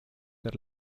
der